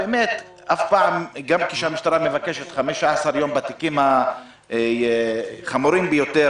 שגם כשהמשטרה מבקשת 15 יום בתיקים החמורים ביותר,